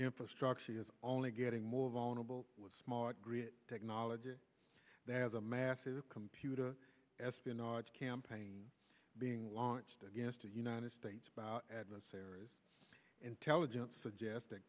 infrastructure as only getting more vulnerable with smart grid technology that has a massive computer espionage campaign being launched against the united states about adversaries intelligence suggesting